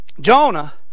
Jonah